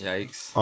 Yikes